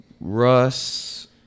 Russ